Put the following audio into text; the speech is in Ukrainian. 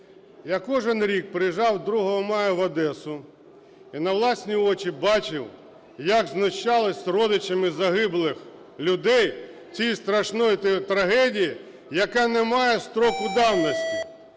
Я кожен рік приїжджав 2 мая в Одесу і на власні очі бачив, як знущалися з родичами загиблих людей в цій страшній трагедії, яка не має строку давності.